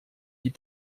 die